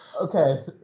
okay